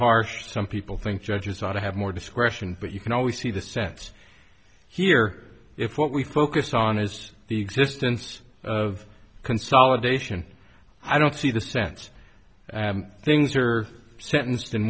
harsh some people think judges ought to have more discretion but you can always see the sense here if what we focus on is the existence of consolidation i don't see the sense things are sentenced in